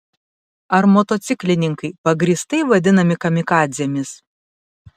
ar motociklininkai pagrįstai vadinami kamikadzėmis